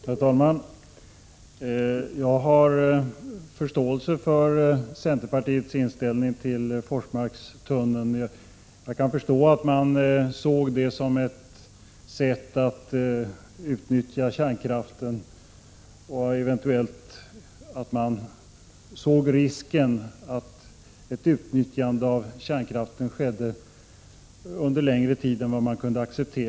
Herr talman! Jag har förståelse för centerpartiets inställning i frågan om Forsmarktunneln. Jag kan förstå att man såg en sådan tunnel som ett sätt att utnyttja kärnkraften under längre tid än vad man kunde acceptera.